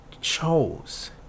chose